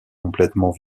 complètement